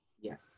Yes